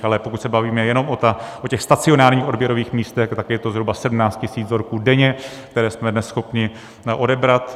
Ale pokud se bavíme jenom o těch stacionárních odběrových místech, tak je to zhruba okolo 17 tisíc vzorků denně, které jsme dnes schopni odebrat.